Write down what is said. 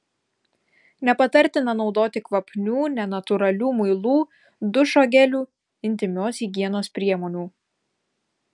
nepatartina naudoti kvapnių nenatūralių muilų dušo gelių intymios higienos priemonių